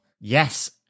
Yes